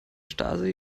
stasi